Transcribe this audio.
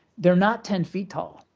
they're not ten feet tall,